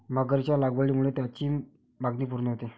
मगरीच्या लागवडीमुळे त्याची मागणी पूर्ण होते